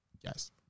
Yes